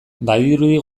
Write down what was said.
badirudi